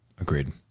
Agreed